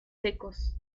secos